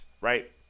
right